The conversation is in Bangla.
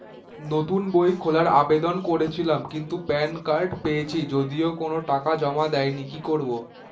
নতুন বই খোলার আবেদন করেছিলাম কিন্তু প্যান কার্ড পেয়েছি যদিও কোনো টাকা জমা দিইনি কি করব?